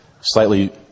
slightly